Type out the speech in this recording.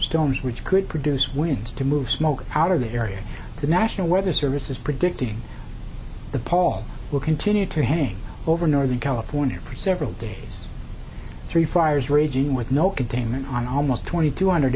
storms which could produce winds to move smoke out of the area the national weather service is predicting the paul will continue to hang over northern california for several days three fires raging with no containment on almost twenty two hundred